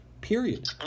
Period